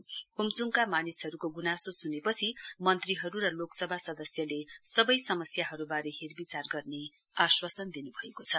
ओमच्डका मानिसहरूको गुनासो सुनेपछि मन्त्रीहरू र लोकसभा सदस्यले सबै समस्याहरूबारे हेरविचार गर्ने आश्वासन दिन् भएको छ